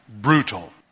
brutal